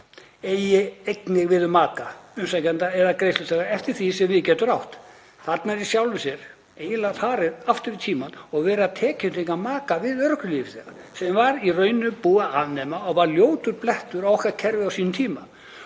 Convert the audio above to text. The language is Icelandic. eigi einnig við um maka umsækjanda eða greiðsluþega eftir því sem við getur átt. Þarna er í sjálfu sér eiginlega farið aftur í tímann og verið að tekjutengja maka við örorkulífeyrisþega, sem var í raun búið að afnema og var ljótur blettur á okkar kerfi á sínum tíma.